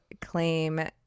claim